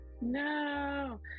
No